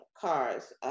cars